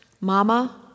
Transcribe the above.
Mama